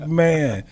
man